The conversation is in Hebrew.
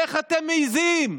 איך אתם מעיזים?